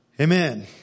Amen